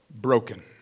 broken